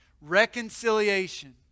Reconciliation